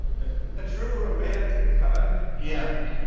a true romantic, huh? yeah